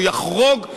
והוא יחרוג,